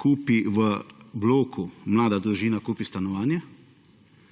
kupi v bloku, mlada družina kupi stanovanje,